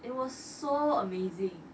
it was so amazing